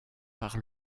par